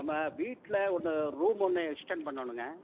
நம்ம வீட்டில் ஒன்று ரூம் ஒன்று எக்ஸ்டெண்ட் பண்ணணுங்க